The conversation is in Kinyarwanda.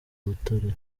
butare